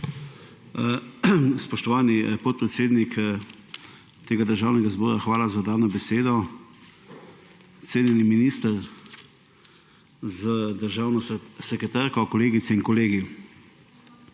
Spoštovani podpredsednik tega Državnega zbora, hvala za dano besedo. Cenjeni minister z državno sekretarko, kolegice in kolegi!